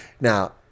Now